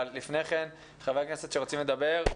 אבל לפני כן חברי הכנסת שרוצים לדבר,